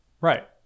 Right